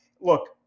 Look